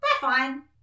fine